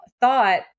thought